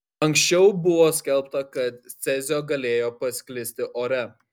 anksčiau buvo skelbta kad cezio galėjo pasklisti ore